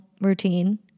routine